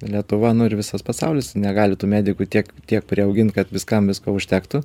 lietuva nu ir visas pasaulis negali tų medikų tiek tiek priaugint kad viskam visko užtektų